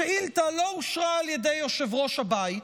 השאילתה לא אושרה על ידי יושב-ראש הבית,